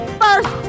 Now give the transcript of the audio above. first